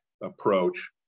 approach